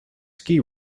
ski